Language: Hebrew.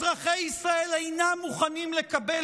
אזרחי ישראל אינם מוכנים יותר לקבל